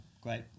great